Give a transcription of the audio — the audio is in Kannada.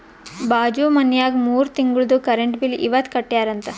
ಬಾಜು ಮನ್ಯಾಗ ಮೂರ ತಿಂಗುಳ್ದು ಕರೆಂಟ್ ಬಿಲ್ ಇವತ್ ಕಟ್ಯಾರ ಅಂತ್